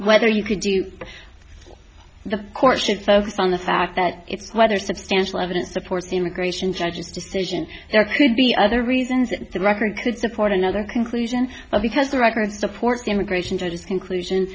whether you can do the course should focus on the fact that it's whether substantial evidence supports the immigration judge's decision there could be other reasons that the record could support another conclusion because the record supports immigration to this conclusion